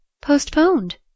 Postponed